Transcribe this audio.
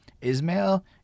ismail